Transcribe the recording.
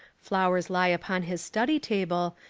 flowers lie upon his study table,